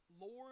Lord